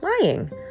lying